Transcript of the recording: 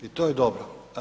I to je dobro.